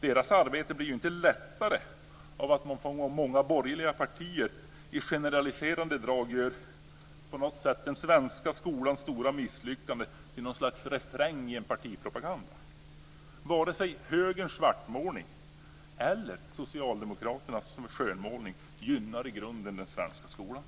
Personalens arbete blir inte lättare av att många borgerliga partier i generaliserande drag gör "den svenska skolans stora misslyckande" till ett slags refräng i en partipropaganda. Varken högerns svartmålning eller socialdemokraternas skönmålning gynnar i grunden den svenska skolan.